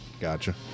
Gotcha